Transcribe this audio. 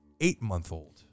eight-month-old